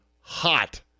hot